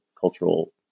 cultural